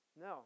No